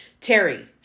Terry